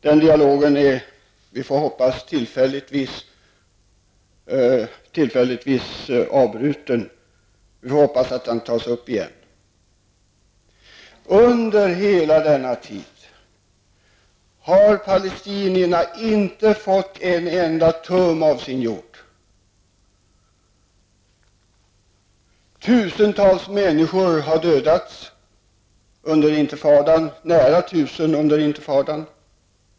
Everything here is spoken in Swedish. Den dialogen är tillfälligtvis avbruten, men vi får hoppas att den tas upp igen. Under hela denna tid har palestinierna inte fått en enda tum av sin jord. Nära tusen människor har dödats under Intifadan.